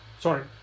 Sorry